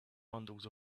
handles